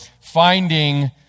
finding